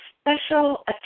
special